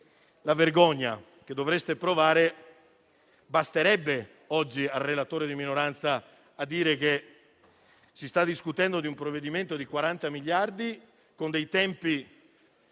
la vergogna che dovreste provare basterebbe oggi al relatore di minoranza per dire che si sta discutendo di un provvedimento di 40 miliardi con dei tempi